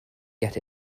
get